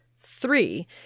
Three